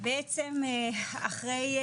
בעצם אחרי,